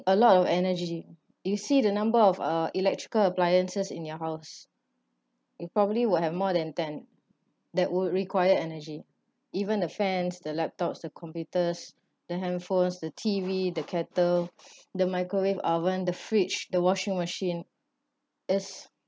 a lot of energy you see the number of uh electrical appliances in your house you probably will have more than ten that would require energy even the fans the laptops the computers the handphone the T_V the kettle the microwave oven the fridge the washing machine is